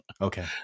okay